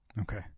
okay